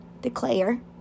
declare